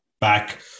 back